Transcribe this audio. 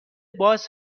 باز